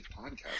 podcast